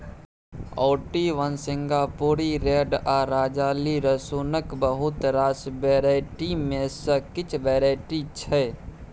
Ooty one, Singapuri red आ राजाली रसुनक बहुत रास वेराइटी मे सँ किछ वेराइटी छै